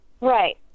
Right